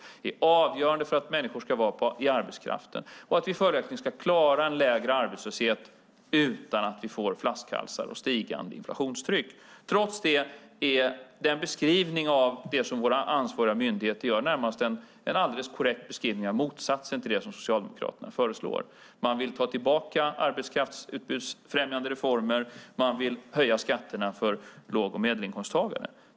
Det är avgörande för att människor ska vara i arbetskraften och att vi följaktligen ska klara en lägre arbetslöshet utan att vi får flaskhalsar och stigande inflationstryck. Trots det är den beskrivning av det som våra ansvariga myndigheter gör närmast en alldeles korrekt beskrivning av motsatsen till det som Socialdemokraterna föreslår. Man vill ta tillbaka reformer som främjar arbetskraftsutbudet och man vill höja skatterna för låg och medelinkomsttagare.